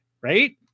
right